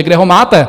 Kde ho máte?